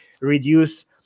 reduce